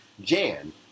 Jan